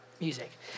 music